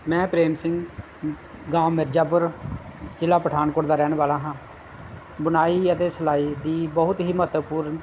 ਮੈਂ ਪ੍ਰੇਮ ਸਿੰਘ ਗਾਓਂ ਮਿਰਜ਼ਾਪੁਰ ਜ਼ਿਲ੍ਹਾ ਪਠਾਨਕੋਟ ਦਾ ਰਹਿਣ ਵਾਲਾ ਹਾਂ ਬੁਣਾਈ ਅਤੇ ਸਿਲਾਈ ਦੀ ਬਹੁਤ ਹੀ ਮਹੱਤਵਪੂਰਨ